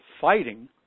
fighting